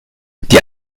die